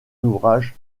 ouvrages